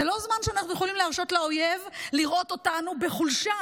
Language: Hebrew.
זה לא זמן שאנחנו יכולים להרשות לאויב לראות אותנו בחולשה,